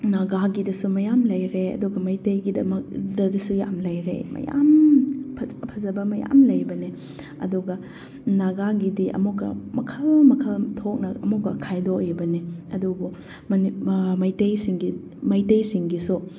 ꯅꯒꯥꯒꯤꯗꯁꯨ ꯃꯌꯥꯝ ꯂꯩꯔꯦ ꯑꯗꯨꯒ ꯃꯩꯇꯩꯒꯤꯗꯃꯛꯇꯁꯨ ꯃꯌꯥꯝ ꯂꯩꯔꯦ ꯃꯌꯥꯝ ꯐꯖ ꯐꯖꯕ ꯃꯌꯥꯝ ꯂꯩꯕꯅꯦ ꯑꯗꯨꯒ ꯅꯒꯥꯒꯤꯗꯤ ꯑꯃꯨꯛꯀꯥ ꯃꯈꯜ ꯃꯈꯜ ꯊꯣꯛꯅ ꯑꯃꯨꯛꯀ ꯈ꯭ꯋꯥꯏꯗꯣꯛꯏꯕꯅꯤ ꯑꯗꯨꯕꯨ ꯃꯩꯇꯩꯁꯤꯡꯒꯤ ꯃꯩꯇꯩꯁꯤꯡꯒꯤꯁꯨ